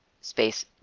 space